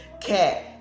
Cat